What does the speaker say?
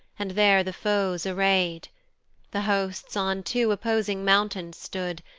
and there the foes array'd the hosts on two opposing mountains stood,